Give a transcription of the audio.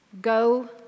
go